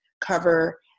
cover